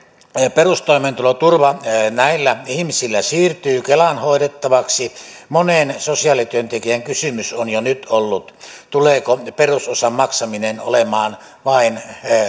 perustoimeentuloturva näillä ihmisillä siirtyy kelan hoidettavaksi monen sosiaalityöntekijän kysymys on jo nyt ollut tuleeko perusosan maksaminen olemaan vain